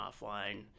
offline